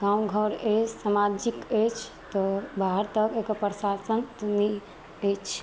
गाँव घर अछि सामाजिक अछि तऽ बाहर तक एकर प्रशासन नै अइछ